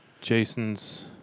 Jason's